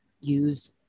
use